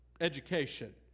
education